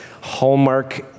Hallmark